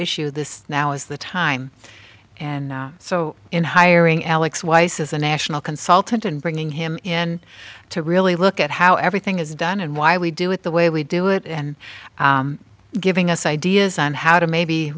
issue this now is the time and so in hiring alex weiss is a national consultant and bringing him in to really look at how everything is done and why we do it the way we do it and giving us ideas on how to maybe